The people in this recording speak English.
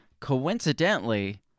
Coincidentally